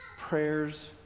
prayers